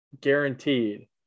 guaranteed